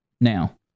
Now